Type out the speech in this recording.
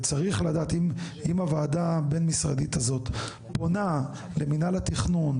וצריך לדעת האם הועדה הבין משרדית הזאת פונה למנהל התכנון